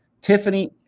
Tiffany